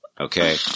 Okay